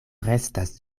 restas